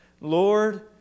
Lord